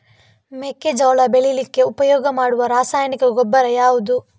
ಮೆಕ್ಕೆಜೋಳ ಬೆಳೀಲಿಕ್ಕೆ ಉಪಯೋಗ ಮಾಡುವ ರಾಸಾಯನಿಕ ಗೊಬ್ಬರ ಯಾವುದು?